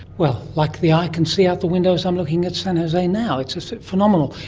well, like the eye can see out the window as i'm looking at san jose now. it's just phenomenal.